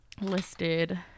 listed